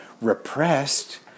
repressed